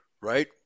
right